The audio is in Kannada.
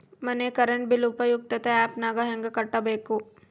ಮನೆ ಕರೆಂಟ್ ಬಿಲ್ ಉಪಯುಕ್ತತೆ ಆ್ಯಪ್ ನಾಗ ಹೆಂಗ ಕಟ್ಟಬೇಕು?